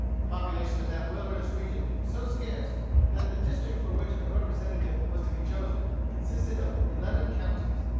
the population of that wilderness region was so scarce that the district for which a representative was to be chosen consisted of eleven counties.